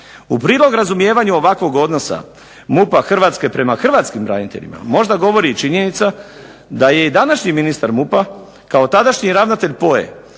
U prilog razumijevanju ovakvog odnosa MUP-a Hrvatske prema Hrvatskim braniteljima možda govori i činjenica da je i današnji ministar MUP-a kao tadašnji ravnatelj POA-e